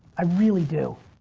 i really do.